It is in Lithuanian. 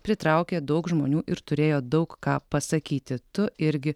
pritraukė daug žmonių ir turėjo daug ką pasakyti tu irgi